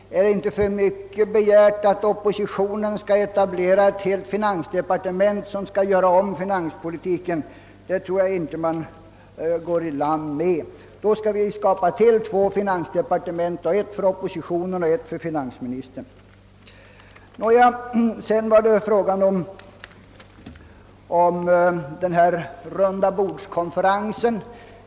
Ja, är det inte för mycket begärt att oppositionen skall etablera ett helt finansdepartement för att ändra finanspolitiken? Jag tror inte att man går i land med något sådant. Då skulle det behöva inrättas två finansdepartement, ett för oppositionen och ett för finansministern. Sedan till frågan om rundabordskonferensen.